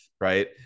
right